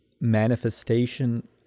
manifestation